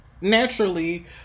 naturally